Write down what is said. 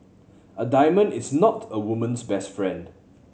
a diamond is not a woman's best friend